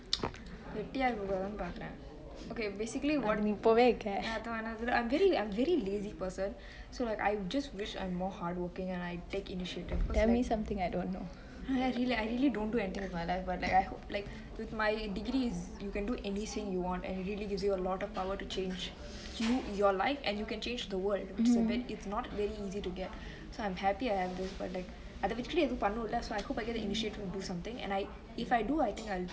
வெட்டியா இருக்க கூடாதுனு பாக்குர:vettiya irukke kodathunu paakure okay basically அதா:athaa I'm very very lazy person so I'm just wish I'm more hardworking and I take initiative cause I really really don't do anything with my life but I hope with my degree is like you can do anything you want and it really gives you a lot of power to change you your life and you can change the world it's a bit it's not very easy to get so I'm happy I have this but அத வச்சிகிட்டு எது பன்னுல:athe vechikittu ethu pannule so I hope I get the initiative to do something and I if I do I think I will